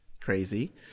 crazy